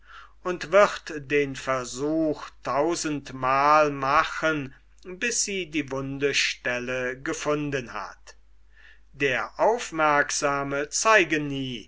und wird den versuch tausend mal machen bis sie die wunde stelle gefunden hat der aufmerksame zeige nie